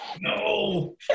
no